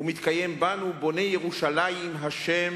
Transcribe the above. ומתקיים בנו: "בונה ירושלים ה',